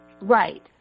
Right